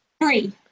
Three